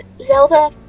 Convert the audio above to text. Zelda